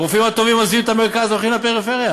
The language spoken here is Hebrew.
הרופאים הטובים עוזבים את המרכז והולכים לפריפריה.